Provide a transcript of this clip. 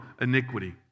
iniquity